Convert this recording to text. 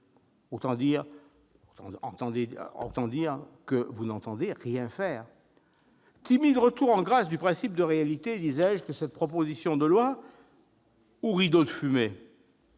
Autant dire que vous n'entendez rien faire ! Timide retour en grâce du principe de réalité, disais-je, que cette proposition de loi, ou rideau de fumée ?